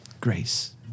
grace